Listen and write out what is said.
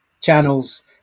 channels